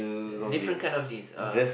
different kind of jeans err